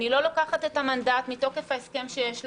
אני לא לוקחת את המנדט מתוקף ההסכם שיש לנו,